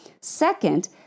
Second